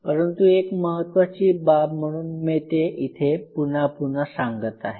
परंतु एक महत्त्वाची बाब म्हणून मी ते इथे पुन्हा पुन्हा सांगत आहे